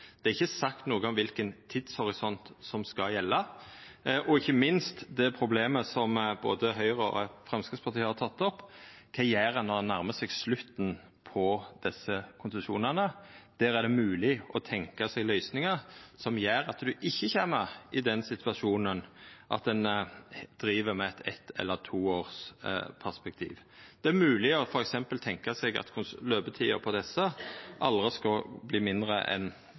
Det er ikkje sagt noko om kva tidshorisont som skal gjelda, heller ikkje om det problemet som både Høgre og Framstegspartiet har teke opp: Kva gjer ein når ein nærmar seg slutten av desse konsesjonane? Der er det mogleg å tenkja seg løysingar som gjer at ein ikkje kjem i den situasjonen at ein driv med eitt eller to års perspektiv. Det er f.eks. mogleg å tenkja seg ei løysing der løpetida aldri skal verta mindre enn